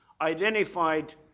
identified